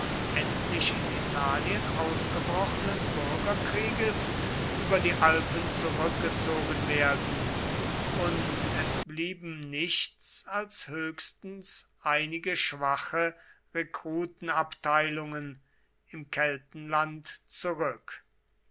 endlich in italien ausgebrochenen bürgerkrieges über die alpen zurückgezogen werden und es blieben nichts als höchstens einige schwache rekrutenabteilungen im keltenland zurück